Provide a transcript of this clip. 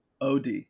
OD